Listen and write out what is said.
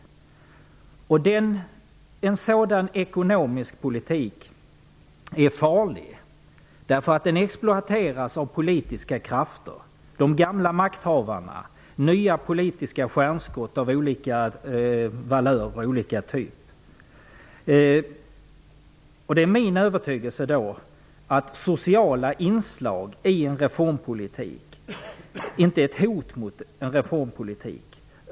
En sådan ekonomisk politik är farlig. Den exploateras av politiska krafter -- de gamla makthavarna och nya politiska stjärnskott av olika typ. Det är min övertygelse att sociala inslag i en reformpolitik inte utgör ett hot mot den politiken.